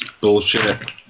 bullshit